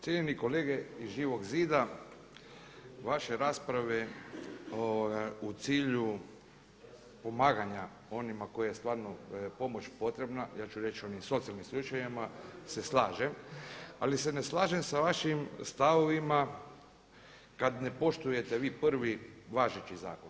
Cijenjene kolege iz Živog zida, vaše rasprave u cilju pomaganja onima kojima je stvarno pomoć potrebna, ja ću reći u onim socijalnim slučajevima se slažem, ali se ne slažem sa vašim stavovima kada ne poštujete vi prvi važeći zakon.